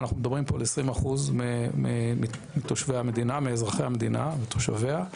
ואנחנו מדברים פה על 20% מאזרחי המדינה ותושביה.